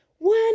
one